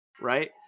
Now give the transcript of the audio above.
right